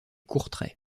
courtrai